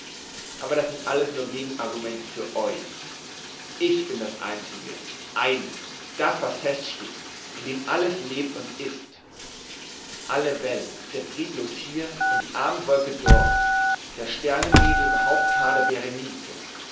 aber das sind alles nur gegenargumente für euch ich bin das einzig eine das was fest steht in dem alles lebt und ist alle welt der friedlos hier und die abendwolke dort der sternennebel im haupthaar der berenike